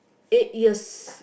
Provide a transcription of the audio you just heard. eight years